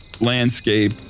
landscape